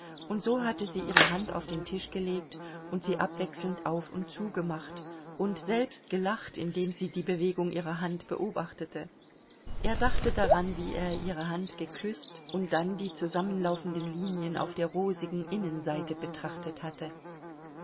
und so hatte sie ihre hand auf den tisch gelegt und sie abwechselnd auf und zu gemacht und selbst gelacht indem sie die bewegung ihrer hand beobachtete er dachte daran wie er ihre hand geküßt und dann die zusammenlaufenden linien auf der rosigen innenseite betrachtet hatte